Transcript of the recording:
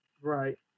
Right